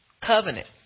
covenant